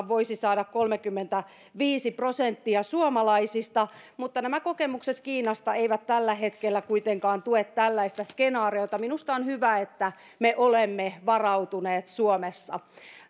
voisi saada kolmekymmentäviisi prosenttia suomalaisista mutta kokemukset kiinasta eivät tällä hetkellä kuitenkaan tue tällaista skenaariota minusta on hyvä että me olemme varautuneet suomessa